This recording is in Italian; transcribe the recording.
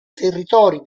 territori